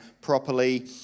properly